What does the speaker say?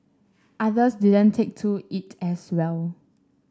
others didn't take to it as well